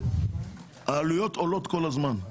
העלויות עולות כל הזמן.